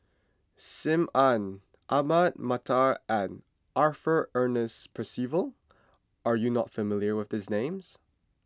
Sim Ann Ahmad Mattar and Arthur Ernest Percival are you not familiar with these names